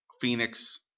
phoenix